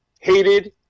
hated